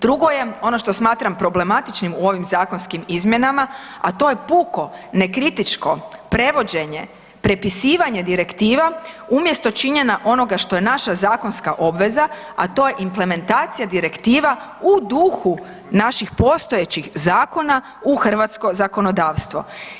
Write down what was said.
Drugo je, ono što smatram problematičnim u ovim zakonskim izmjenama, a to je puko ne kritičko prevođenje, prepisivanje direktiva umjesto činjenja onoga što je naša zakonska obveza, a to je implementacija direktiva u duhu naših postojećih zakona u hrvatsko zakonodavstvo.